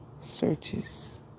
searches